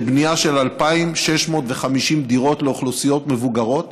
בנייה של 2,650 דירות לאוכלוסיות מבוגרות,